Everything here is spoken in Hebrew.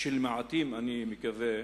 של מעטים, אני מקווה,